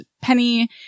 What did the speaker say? Penny